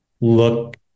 look